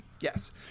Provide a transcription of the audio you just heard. Yes